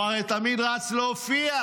הוא הרי תמיד רץ להופיע: